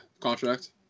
contract